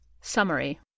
Summary